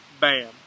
bam